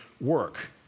work